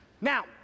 Now